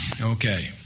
okay